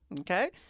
Okay